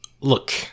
Look